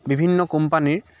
বিভিন্ন কোম্পানীৰ